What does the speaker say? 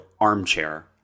armchair